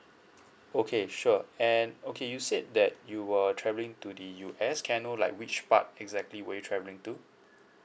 okay sure and okay you said that you were travelling to the U_S can I know like which part exactly were you traveling too